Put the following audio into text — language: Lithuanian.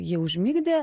jį užmigdė